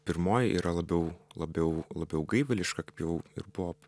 pirmoji yra labiau labiau labiau gaivališka kaip jau ir buo